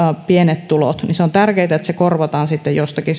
pienet tulot se on tärkeätä että korvataan sitten jostakin